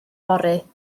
fory